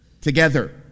Together